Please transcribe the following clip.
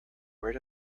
where